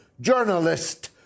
journalist